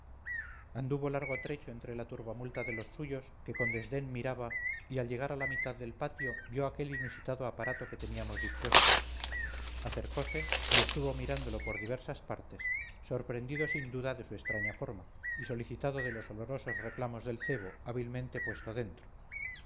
anduvo largo trecho entre la turbamulta de los suyos que con desdén miraba y al llegar a la mitad del patio vio aquel inusitado aparato que teníamos dispuesto acercose y estuvo mirándolo por diversas partes sorprendido sin duda de su extraña forma y solicitado de los olorosos reclamos del cebo hábilmente puesto dentro